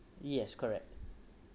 yes correct